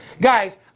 Guys